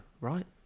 right